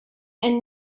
and